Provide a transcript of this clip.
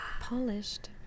Polished